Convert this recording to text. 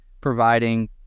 providing